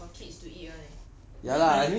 that that one is for kids to eat [one] leh